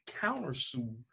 countersue